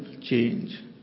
change